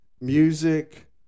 music